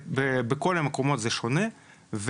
בכל המקומות זה שונה,